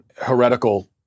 heretical